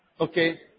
okay